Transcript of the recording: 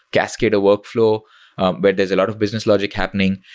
gasket a workflow where there's a lot of business logic happening,